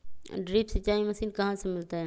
Drip सिंचाई machine कहाँ से मिलतै?